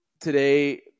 today